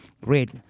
Great